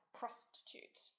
prostitute